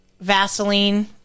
Vaseline